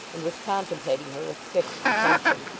and was contemplating her with fixed attention.